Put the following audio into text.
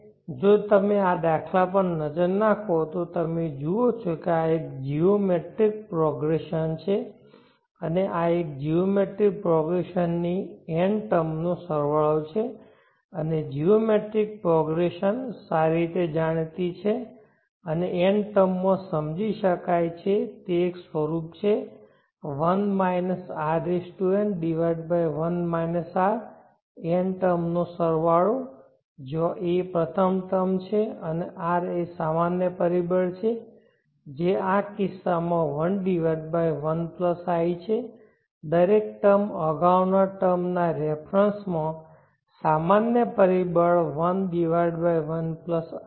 હવે જો તમે આ દાખલા પર નજર નાખો તો તમે જુઓ છો કે આ એક જીઓમેટ્રિક પ્રોગ્રેસન છે અને આ એક જીઓમેટ્રિક પ્રોગ્રેસન ની n ટર્મ નો સરવાળો છે અને જીઓમેટ્રિક પ્રોગ્રેસન સારી રીતે જાણીતી છે અને n ટર્મ માં સમજી શકાય છે તે એક સ્વરૂપ છે n ટર્મ નો સરવાળો જ્યાં a પ્રથમ ટર્મ છે અને r એ સામાન્ય પરિબળ છે જે આ કિસ્સામાં 11i છે દરેક ટર્મ અગાઉના ટર્મ ના રેફરન્સ માં સામાન્ય પરિબળ 11i